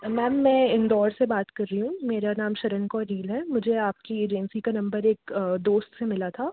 ma'am मैं इंदौर से बात कर रही हूँ मेरा नाम शरणकौर रील है मुझे आपकी एजेंसी का नंबर एक दोस्त से मिला था